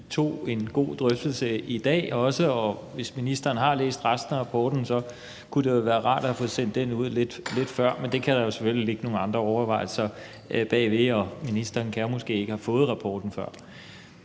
også tog en god drøftelse i dag. Og hvis ministeren har læst resten af rapporten, kunne det jo have været rart at have fået sendt den ud lidt før, men det kan der selvfølgelig ligge nogle andre overvejelser bag, og ministeren har måske ikke fået rapporten før.